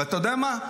ואתה יודע מה?